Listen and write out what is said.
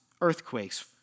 earthquakes